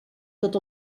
tot